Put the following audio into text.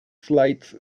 slides